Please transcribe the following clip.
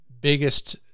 biggest